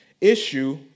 issue